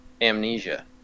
amnesia